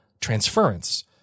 Transference